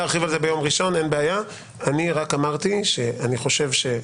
אין בעיה, אני רק אמרתי גם